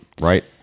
right